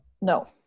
No